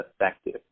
effective